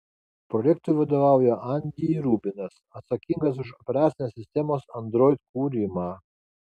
projektui vadovauja andy rubinas atsakingas už operacinės sistemos android kūrimą